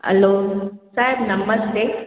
हलो sir नमस्ते